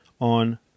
on